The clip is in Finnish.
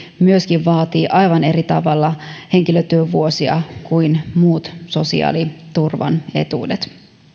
myöskin vaatii aivan eri tavalla henkilötyövuosia kuin muut sosiaaliturvaetuudet